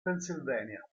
pennsylvania